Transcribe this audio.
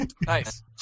Nice